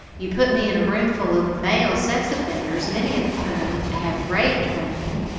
you put me in a room full of male sex offenders, many of whom have raped women.